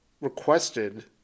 requested